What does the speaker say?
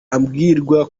abwirwa